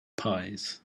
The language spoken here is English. pies